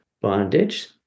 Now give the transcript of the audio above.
bondage